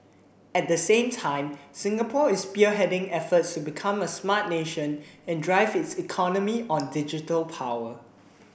at the same time Singapore is spearheading efforts to become a smart nation and drive its economy on digital power